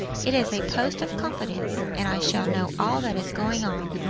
it is a post of confidence, and i shall know all that is going on,